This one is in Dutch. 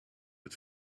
het